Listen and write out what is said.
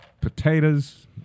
potatoes